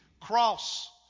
Cross